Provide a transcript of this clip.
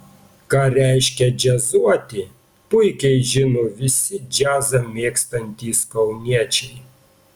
ką reiškia džiazuoti puikiai žino visi džiazą mėgstantys kauniečiai